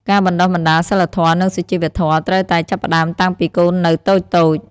ការបណ្ដុះបណ្ដាលសីលធម៌ និងសុជីវធម៌ ត្រូវតែចាប់ផ្ដើមតាំងពីកូននៅតូចៗ។